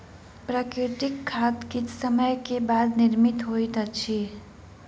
प्राकृतिक खाद किछ समय के बाद निर्मित होइत अछि